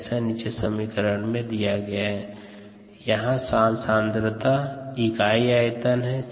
YxSamountofcellsproducedamountofsubstrateconsumedx x0S0 S यहाँ सांद्रता इकाई आयतन है